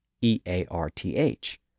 E-A-R-T-H